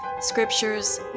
scriptures